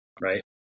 right